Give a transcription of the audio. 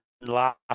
last